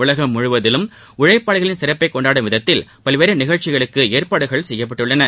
உலகம் முழுவதிலும் உழைப்பாளிகளின் சிறப்பை கொண்டாடும் விதத்தில் பல்வேறு நிகழ்ச்சிகளுக்கு ஏற்பாடுகள் செய்யப்பட்டுள்ளன